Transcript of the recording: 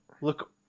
look